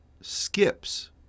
skips